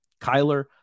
Kyler